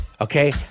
Okay